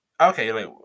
okay